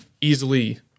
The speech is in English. Easily